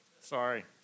Sorry